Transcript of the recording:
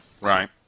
right